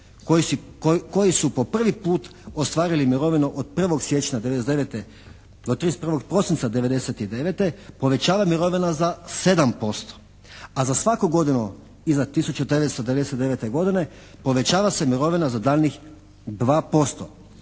koji su po prvi puta ostvarili mirovinu od 1. siječnja 99. do 31. prosinca 99. povećava mirovina za 7%, a za svaku godinu iza 1999. godine povećava se mirovina za daljnjih 2%